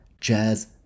Jazz